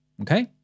okay